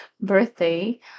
birthday